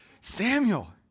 Samuel